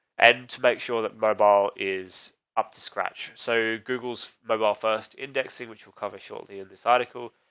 and to make sure that mobile is up to scratch. so google's mobile-first indexing, which we'll cover shortly in this article.